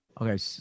Okay